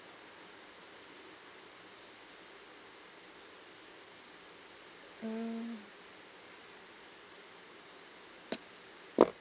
um